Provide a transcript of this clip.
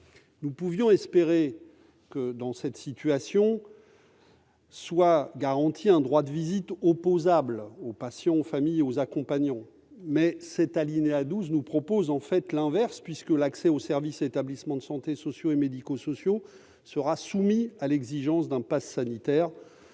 Nous pouvions espérer que, dans cette situation, un droit de visite opposable aux patients, aux familles et aux accompagnants soit garanti. Or l'alinéa 12 prévoit l'inverse, puisque l'accès aux services et établissements de santé sociaux et médico-sociaux sera soumis à l'exigence d'un passe sanitaire